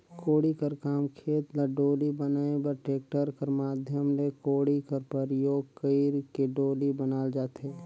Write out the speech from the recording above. कोड़ी कर काम खेत ल डोली बनाए बर टेक्टर कर माध्यम ले कोड़ी कर परियोग कइर के डोली बनाल जाथे